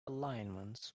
alignments